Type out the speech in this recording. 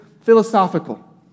philosophical